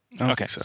Okay